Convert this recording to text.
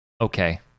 Okay